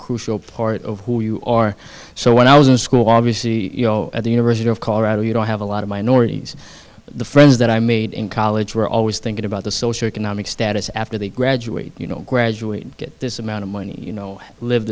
crucial part of who you are so when i was in school obviously you know at the university of colorado you don't have a lot of minorities the friends that i made in college were always thinking about the social economic status after they graduate you know graduate get this amount of money you know live